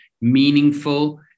meaningful